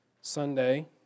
Sunday